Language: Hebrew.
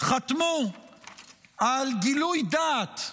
חתמו על גילוי דעת,